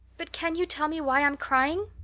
but can you tell me why i'm crying?